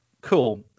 Cool